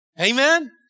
Amen